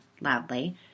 loudly